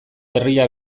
berria